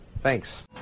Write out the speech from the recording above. Thanks